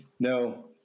No